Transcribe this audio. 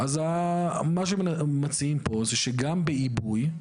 אז מה שמציעים פה, זה שגם בעיבוי,